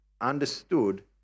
understood